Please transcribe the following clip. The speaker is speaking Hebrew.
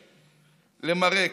למרק,